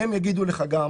הם יגידו לך גם